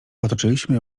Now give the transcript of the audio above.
otoczyliśmy